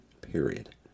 period